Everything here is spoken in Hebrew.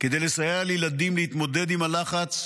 כדי לסייע לילדים להתמודד עם הלחץ,